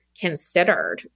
considered